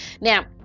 Now